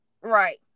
Right